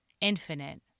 infinite